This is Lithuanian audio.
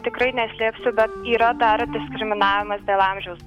tikrai neslėpsiu bet yra dar diskriminavimas dėl amžiaus